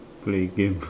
play game